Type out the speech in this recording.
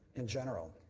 in general.